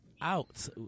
out